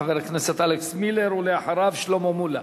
חבר הכנסת אלכס מילר, ואחריו, שלמה מולה.